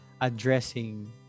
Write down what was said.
addressing